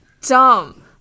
dumb